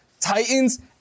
Titans